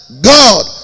God